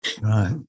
Right